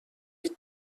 vite